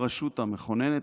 הרשות המכוננת,